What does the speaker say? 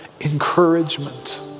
encouragement